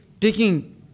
taking